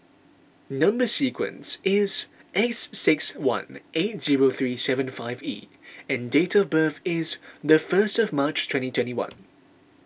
Number Sequence is S six one eight zero three seven five E and date of birth is the first of March twenty twenty one